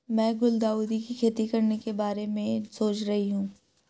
मैं गुलदाउदी की खेती करने के बारे में सोच रही हूं